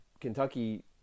Kentucky